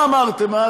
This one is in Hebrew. מה אמרתם אז?